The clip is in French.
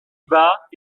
bas